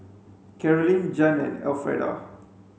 Carolyne Jann and Elfreda